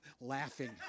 laughing